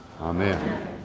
amen